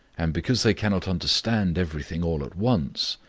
and because they cannot understand everything all at once,